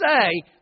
say